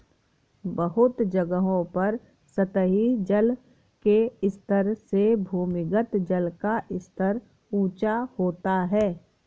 बहुत जगहों पर सतही जल के स्तर से भूमिगत जल का स्तर ऊँचा होता है